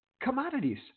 Commodities